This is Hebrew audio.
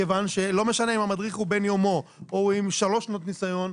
כיוון שלא משנה אם המדריך הוא בן יומו או הוא עם שלוש שנות ניסיון,